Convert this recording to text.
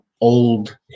old